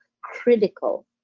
critical